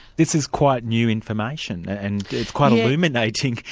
this is quite new information and it's quite illuminating.